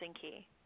key